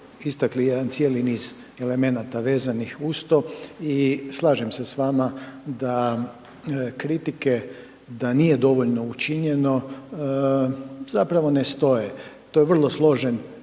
istakli jedan cijeli niz elementa vezanih uz to i slažem se s vama da kritike da nije dovoljno učinjeno, zapravo ne stoje. To je vrlo složen